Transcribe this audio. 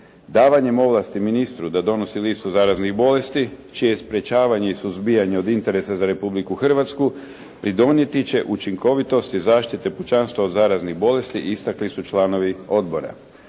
Davanjem ovlasti ministru da donosi listu zaraznih bolesti čije je sprečavanje i suzbijanje od interesa za Republiku Hrvatsku pridonijeti će učinkovitosti zaštite pučanstva od zaraznih bolesti istakli su članovi odbora.